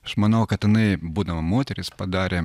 aš manau kad jinai būdama moteris padarė